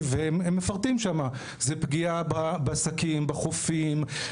והם מפרטים שם זאת פגיעה בעסקים, בחופים.